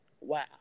wow